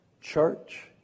Church